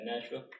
Nashville